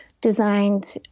designed